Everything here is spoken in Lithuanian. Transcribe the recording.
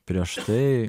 prieš tai